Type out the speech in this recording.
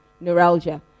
neuralgia